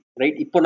Right